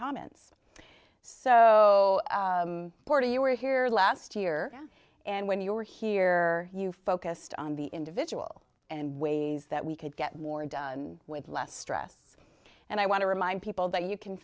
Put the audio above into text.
comments so you were here last year and when you were here you focused on the individual and ways that we could get more done with less stress and i want to remind people that you can